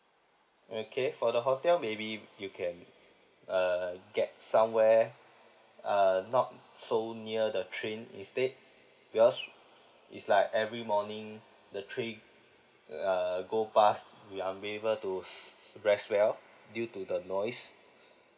okay for the hotel maybe you can uh get somewhere err not so near the train instead because it's like every morning the train err go pass we're unable to s~ rest well due to the noise